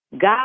God